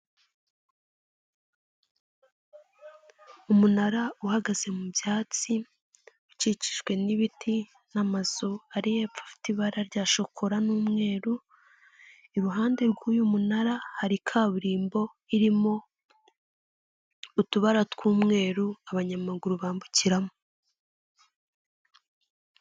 Umunara uhagaze mu byatsi, ukikijwe nibiti n'amazu ari hepfo afite ibara rya shokora n'umweru, iruhande rw'uyu munara hari kaburimbo irimo utubara tw'umweru abanyamaguru bambukiramo.